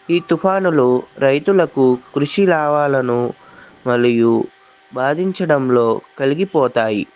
ఈ తుఫానులు రైతులకు కృషి రావాలనో మరియు బాధించడంలో కలిగిపోతాయి